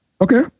Okay